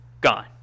gone